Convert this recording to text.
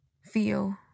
feel